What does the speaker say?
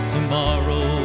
Tomorrow